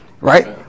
Right